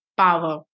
power